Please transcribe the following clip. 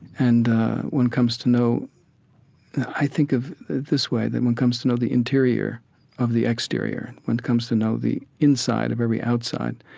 and one comes to know i think of it this way that one comes to know the interior of the exterior. and one comes to know the inside of every outside.